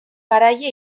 garaile